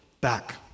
back